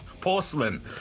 porcelain